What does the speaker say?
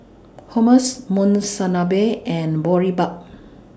Hummus Monsunabe and Boribap